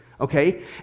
okay